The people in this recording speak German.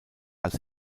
als